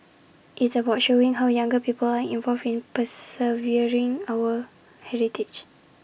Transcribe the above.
it's about showing how younger people are involved in preserving our heritage